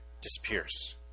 disappears